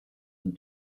and